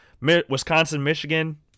Wisconsin-Michigan